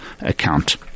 account